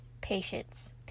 patience